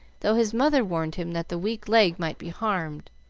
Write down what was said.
though his mother warned him that the weak leg might be harmed,